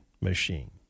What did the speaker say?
machine